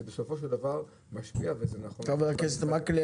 זה בסופו של דבר משפיע וזה נכון --- חה"כ מקלב,